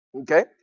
Okay